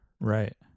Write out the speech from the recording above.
Right